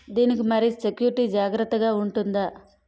దీని కి మరి సెక్యూరిటీ జాగ్రత్తగా ఉంటుందా?